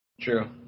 True